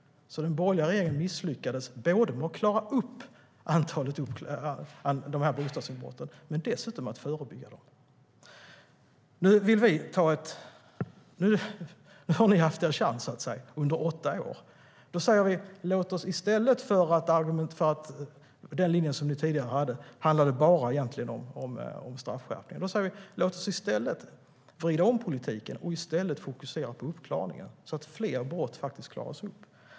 Den borgerliga regeringen misslyckades både med att klara upp bostadsinbrotten och med att förebygga dem. Nu har ni haft er chans under åtta år. Den linje som ni tidigare hade handlade egentligen bara om straffskärpning. Vi säger: Låt oss vrida om politiken och i stället fokusera på uppklaringen så att fler brott klaras upp.